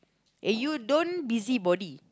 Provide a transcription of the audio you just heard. eh you don't busybody